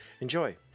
Enjoy